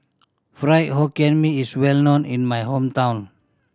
Fried Hokkien Mee is well known in my hometown